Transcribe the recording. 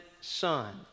Son